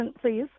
please